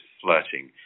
flirting